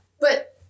But-